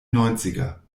neunziger